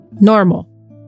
...normal